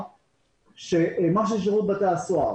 מה ששירות בתי הסוהר